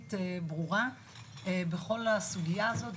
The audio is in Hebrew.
ממשלתית ברורה בכל הסוגיה הזו.